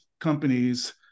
companies